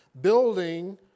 Building